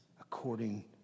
according